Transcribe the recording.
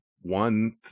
one